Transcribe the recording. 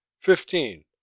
Fifteen